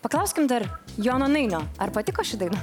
paklauskim dar jono nainio ar patiko ši daina